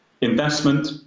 Investment